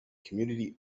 community